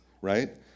right